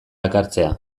ekartzea